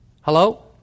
Hello